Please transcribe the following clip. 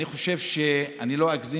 שלמה, כל הכבוד לך שאתה הובלת את זה.